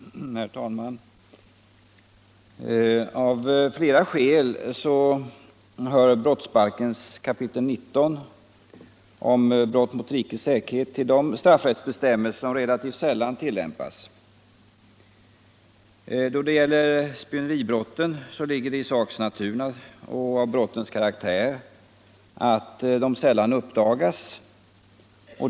Herr talman! Av flera skäl hör brottsbalkens kap. 19 om brott mot rikets säkerhet till de straffrättsbestämmelser som relativt sällan tillämpas. När det gäller spioneribrotten ligger det i sakens natur och brottens karaktär att de sällan uppdagas.